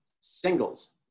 Singles